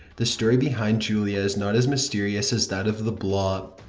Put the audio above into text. the story behind julia is not as mysterious as that of the bloop.